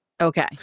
Okay